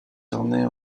tournait